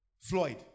Floyd